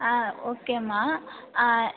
ஓகேம்மா